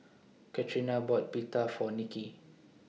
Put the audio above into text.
Catrina bought Pita For Nicki